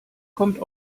kommt